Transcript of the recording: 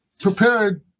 prepared